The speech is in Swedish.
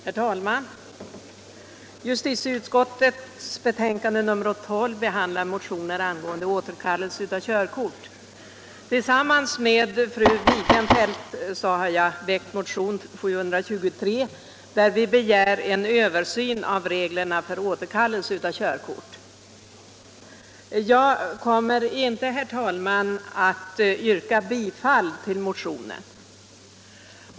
Herr talman! Justitieutskottets betänkande nr 12 behandlar motioner angående återkallelse av körkort. Tillsammans med fru Wigenfeldt har jag väckt motionen 723 där vi begär en översyn av reglerna för återkallelse av körkort. Jag kommer inte, herr talman, att yrka bifall till motionen.